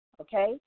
Okay